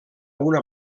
una